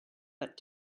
but